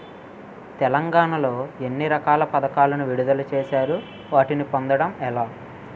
తెలంగాణ లో ఎన్ని రకాల పథకాలను విడుదల చేశారు? వాటిని పొందడం ఎలా?